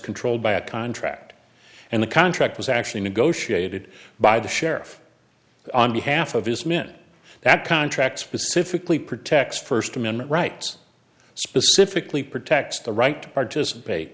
controlled by a contract and the contract was actually negotiated by the sheriff on behalf of his men that contract specifically protects first amendment rights specifically protects the right to participate